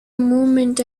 moment